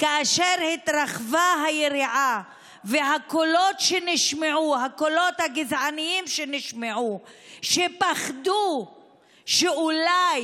כאשר התרחבה היריעה ונשמעו קולות גזעניים שפחדו שאולי